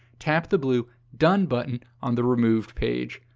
tap the blue done button on the removed page.